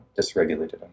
dysregulated